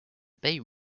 bay